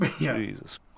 Jesus